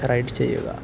ride ചെയ്യുക